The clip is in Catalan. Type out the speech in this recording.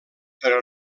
però